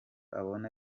abona